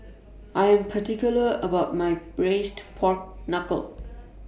I Am particular about My Braised Pork Knuckle